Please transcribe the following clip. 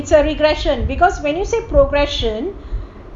it's a regression because when you say progression